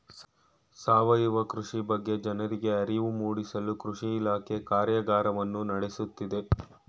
ಸಾವಯವ ಕೃಷಿ ಬಗ್ಗೆ ಜನರಿಗೆ ಅರಿವು ಮೂಡಿಸಲು ಕೃಷಿ ಇಲಾಖೆ ಕಾರ್ಯಗಾರವನ್ನು ನಡೆಸುತ್ತಿದೆ